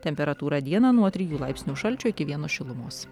temperatūra dieną nuo trijų laipsnių šalčio iki vieno šilumos